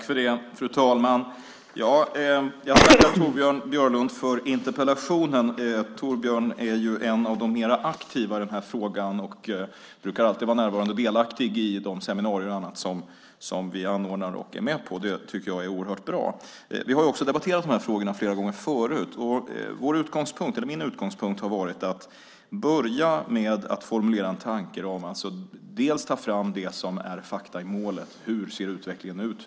Fru talman! Jag tackar Torbjörn Björlund för interpellationen. Torbjörn är ju en av de mer aktiva i den här frågan och brukar alltid vara närvarande och delaktig i de seminarier och annat som vi anordnar, och det tycker jag är oerhört bra. Vi har också debatterat de här frågorna flera gånger förut. Min utgångspunkt har varit att man ska börja med att formulera en tankeram och ta fram fakta i målet. Hur ser utvecklingen ut?